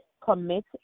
commit